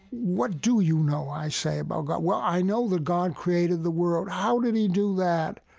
what do you know, i say, about god? well, i know that god created the world. how did he do that?